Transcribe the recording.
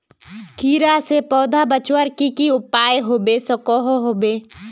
कीड़ा से पौधा बचवार की की उपाय होबे सकोहो होबे?